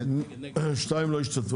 הצבעה 3 לא השתתפו.